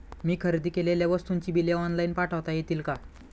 मी खरेदी केलेल्या वस्तूंची बिले ऑनलाइन पाठवता येतील का?